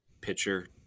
pitcher